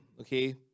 okay